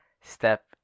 step